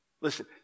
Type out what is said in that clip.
Listen